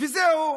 וזהו.